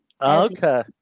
Okay